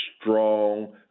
strong